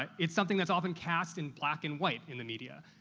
it's something that's often cast in black-and-white in the media.